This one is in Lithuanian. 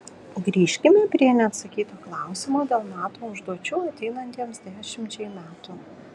grįžkime prie neatsakyto klausimo dėl nato užduočių ateinantiems dešimčiai metų